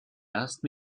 asked